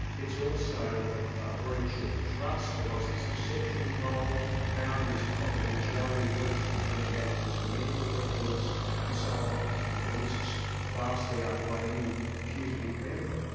it's also a breach of trust because there's deception involved, boundaries of confidentiality are breached in terms of access to medical records and so on that the risks vastly outweigh any putative benefit.